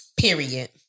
Period